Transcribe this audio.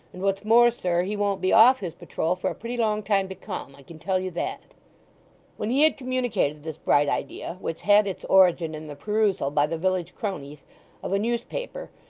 and what's more, sir, he won't be off his patrole for a pretty long time to come, i can tell you that when he had communicated this bright idea, which had its origin in the perusal by the village cronies of a newspaper,